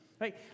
Right